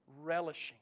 relishing